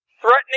threatening